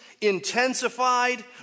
intensified